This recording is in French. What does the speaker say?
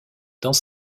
dans